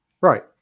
right